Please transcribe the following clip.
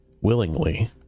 Willingly